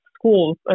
schools